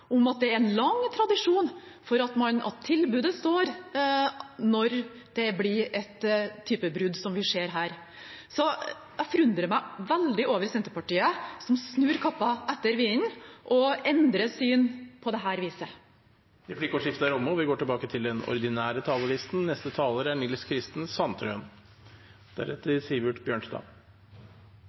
om at det er en lang tradisjon for at tilbudet står når det blir en type brudd som man ser her. Så jeg forundrer meg veldig over Senterpartiet, som snur kappen etter vinden og endrer syn på dette viset. Replikkordskiftet er omme. Hvis det blir et nytt stortingsflertall etter valget, blir det en ny kurs i jordbrukspolitikken. Dette er